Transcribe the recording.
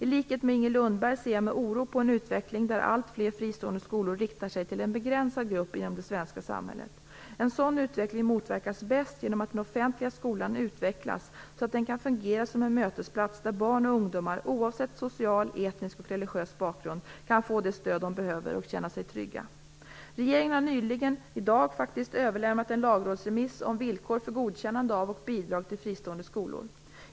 I likhet med Inger Lundberg ser jag med oro på en utveckling där allt fler fristående skolor riktar sig till en begränsad grupp inom det svenska samhället. En sådan utveckling motverkas bäst genom att den offentliga skolan utvecklas, så att den kan fungera som en mötesplats där barn och ungdomar oavsett social, etnisk och religiös bakgrund kan få det stöd de behöver och känna sig trygga. Regeringen har i dag överlämnat en lagrådsremiss om villkor för godkännande av och bidrag till fristående skolor.